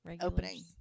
opening